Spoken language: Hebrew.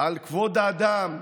על כבוד האדם,